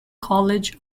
college